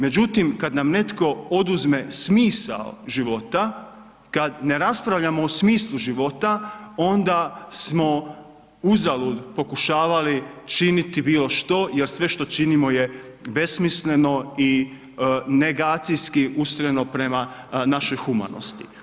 Međutim, kad nam netko oduzme smisao života, kad ne raspravljamo o smislu života, onda smo uzalud pokušavali činiti bilo što jer sve što činimo je besmisleno i negacijski usmjereno prema našoj humanosti.